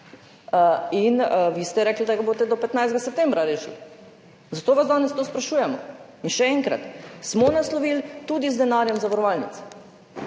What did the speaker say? In vi ste rekli, da jih boste do 15. septembra rešili, zato vas danes to sprašujemo. Še enkrat, smo naslovili, tudi z denarjem zavarovalnic.